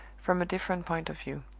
from a different point of view.